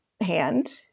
hand